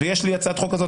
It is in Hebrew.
הצעת חוק כזאת,